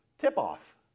tip-off